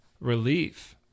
relief